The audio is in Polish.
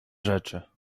rzeczy